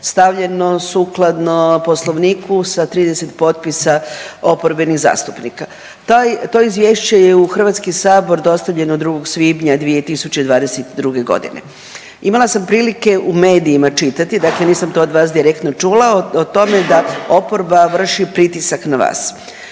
stavljeno sukladno Poslovniku sa 30 potpisa oporbenih zastupnika. Taj, to izvješće je u Hrvatski sabor dostavljeno 2. svibnja 2022. godine. Imala sam prilike u medijima čitati, dakle nisam to od vas direktno čula o tome da oporba vrši pritisak na vas.